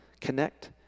connect